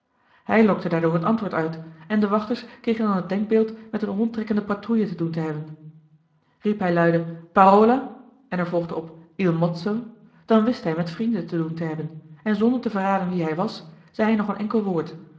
hij lokte daardoor het antwoord uit en de wachters kregen dan het denkbeeld met een rondtrekkende patrouille te doen te hebben riep hij luide parola en er volgde op il mozzo dan wist hij met vrienden te doen te hebben en zonder te verraden wie hij was zei hij nog een enkel woord